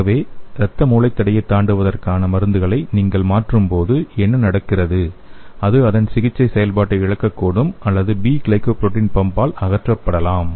ஆகவே இரத்த மூளைத் தடையைத் தாண்டுவதற்கான மருந்துகளை நீங்கள் மாற்றும்போது என்ன நடக்கிறது அது அதன் சிகிச்சை செயல்பாட்டை இழக்கக்கூடும் அல்லது பி கிளைகோபுரோட்டீன் பம்பால் அகற்றப்படலாம்